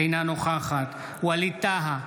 אינה נוכחת ווליד טאהא,